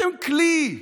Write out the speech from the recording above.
אתם כלי.